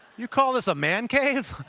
you call this a man cave?